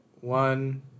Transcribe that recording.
One